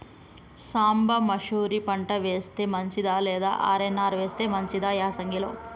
సాంబ మషూరి పంట వేస్తే మంచిదా లేదా ఆర్.ఎన్.ఆర్ వేస్తే మంచిదా యాసంగి లో?